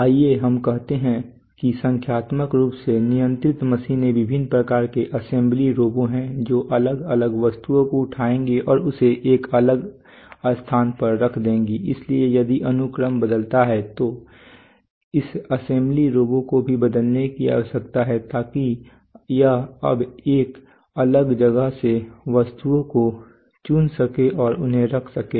आइए हम कहते हैं कि संख्यात्मक रूप से नियंत्रित मशीनें विभिन्न प्रकार के असेंबली रोबो हैं जो अलग अलग वस्तुओं को उठाएंगे और इसे एक अलग स्थान पर रख देंगी इसलिए यदि अनुक्रम बदलता है तो इस असेंबली रोबो को भी बदलने की आवश्यकता है ताकि यह अब एक अलग जगह से वस्तुओं को चुन सके और उन्हें रख सके